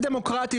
דמוקרטי,